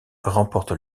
remporte